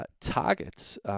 targets